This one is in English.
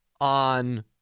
on